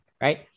right